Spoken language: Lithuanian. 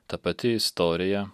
ta pati istorija